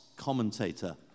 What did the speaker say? Commentator